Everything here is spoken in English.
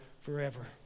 forever